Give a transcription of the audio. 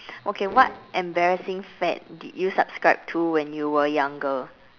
okay what embarrassing fad did you subscribe to when you were younger